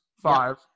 Five